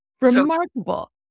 Remarkable